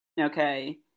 okay